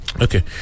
Okay